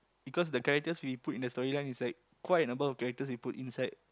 because the characters we put in the story line is quite a number of characters we put inside